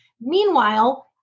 Meanwhile